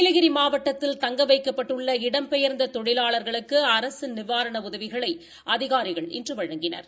நீலகிரி மாவட்டத்தில் தங்க வைக்கப்பட்டுள்ள இடம்பெயர்ந்த தொழிலாளர்களுக்கு அரசின் நிவாரண உதவிகளை அதிகாரிகள் இன்று வழங்கினா்